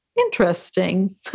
interesting